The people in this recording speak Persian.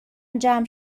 جمع